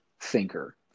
thinker